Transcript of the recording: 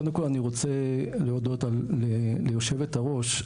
קודם כל אני רוצה להודות ליושבת הראש,